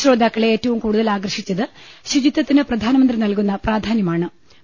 ശ്രോതാക്കളെ ഏറ്റവുംകൂടു തൽ ആകർഷിച്ചത് ശുചിത്വത്തിന് പ്രധാനമന്ത്രി നൽകുന്ന പ്രാധാന്യമാ ണ്